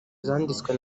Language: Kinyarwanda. zanditswe